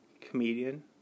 comedian